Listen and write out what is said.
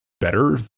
better